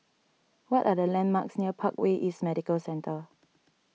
what are the landmarks near Parkway East Medical Centre